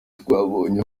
twabonye